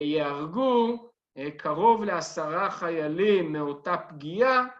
‫ייהרגו קרוב לעשרה חיילים ‫מאותה פגיעה.